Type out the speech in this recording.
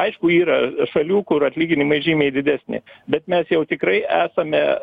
aišku yra šalių kur atlyginimai žymiai didesni bet mes jau tikrai esame